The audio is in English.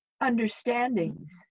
understandings